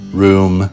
room